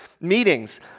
meetings